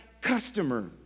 customer